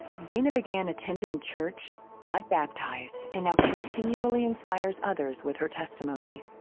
data began attending church got baptized and continually inspires others with her testimony.